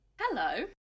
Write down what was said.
Hello